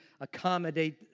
accommodate